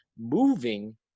moving